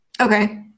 okay